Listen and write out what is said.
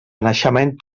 naixement